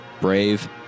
brave